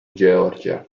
georgia